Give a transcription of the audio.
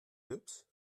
hübsch